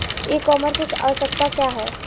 ई कॉमर्स की आवशयक्ता क्या है?